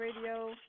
Radio